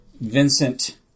Vincent